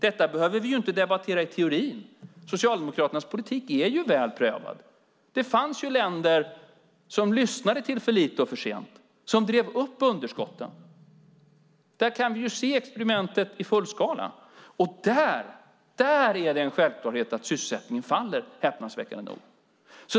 Detta behöver vi inte debattera i teorin. Socialdemokraternas politik är väl prövad. Det fanns ju länder som lyssnade till talet om för lite och för sent, som drev upp underskotten. Där kan vi se experimentet i full skala. Där är det en självklarhet att sysselsättningen faller, häpnadsväckande nog.